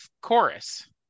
chorus